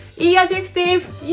e-adjective